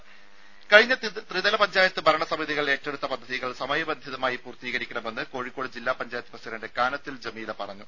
രുര കഴിഞ്ഞ ത്രിതല പഞ്ചായത്ത് ഭരണസമിതികൾ ഏറ്റെടുത്ത പദ്ധതികൾ സമയബന്ധിതമായി പൂർത്തീകരിക്കണമെന്ന് കോഴിക്കോട് ജില്ലാ പഞ്ചായത്ത് പ്രസിഡന്റ് കാനത്തിൽ ജമീല പറഞ്ഞു